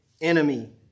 enemy